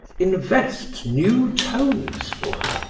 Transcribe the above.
invests new tones for her,